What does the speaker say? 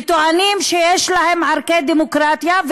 וטוענים שיש להם ערכי דמוקרטיה,